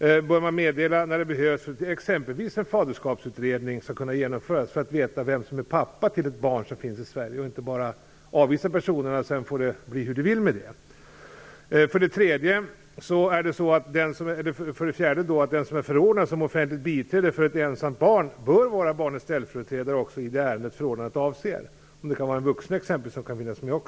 Det kan behövas exempelvis för att en faderskapsutredning skall kunna genomföras, så att man skall kunna få reda på vem som är pappa till ett barn som finns i Sverige och inte bara avvisa personerna. För det fjärde bör den som är förordnad som offentligt biträde för ett ensamt barn vara barnets ställföreträdare också i det ärende förordnandet avser. En vuxen kan exempelvis också finnas med.